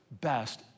best